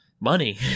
money